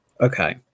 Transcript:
Okay